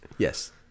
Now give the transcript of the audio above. Yes